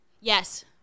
Yes